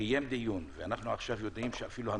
שקיים דיון ועכשיו אנחנו אפילו יודעים שהמדינה